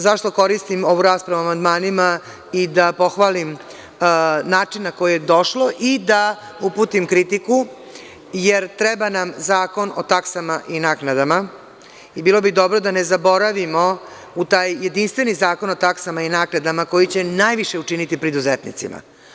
Zašto koristim ovu raspravu o amandmanima i da pohvalim način na koji je došlo i da uputim kritiku, jer treba nam Zakon o taksama i naknadama i bilo bi dobro da ne zaboravimo u taj jedinstveni Zakon o taksama i naknadama koji će najviše učiniti preduzetnicima.